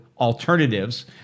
alternatives